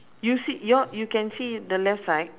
you see your you can see the left side